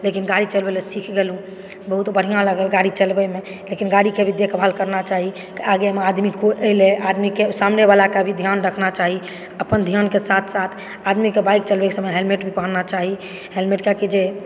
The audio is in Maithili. जखन गाड़ी चलबय लए सीख गेलहुॅं बहुत बढ़िऑं लगल गाड़ी चलबयमे लेकिन गाड़ीके भी देखभाल करनाइ चाही आगेमे आदमी कोई एलै एहि लए आदमी के सामने वला के भी ध्यान रखना चाही अपन ध्यानके साथ साथ आदमीके बाइक चलबय के समय हेलमेट भी पहनना चाही हेलमेट कियाकि जे